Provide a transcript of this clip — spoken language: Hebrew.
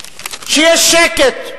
כשיש שקט,